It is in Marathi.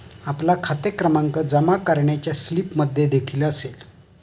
आपला खाते क्रमांक जमा करण्याच्या स्लिपमध्येदेखील असेल